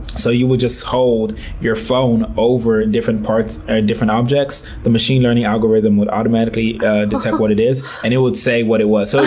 so you would just hold your phone over and different parts or different objects, the machine learning algorithm would automatically detect what it is, and it would say what it was. so,